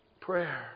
prayer